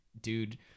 dude